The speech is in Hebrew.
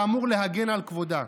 שאמור להגן על כבודה,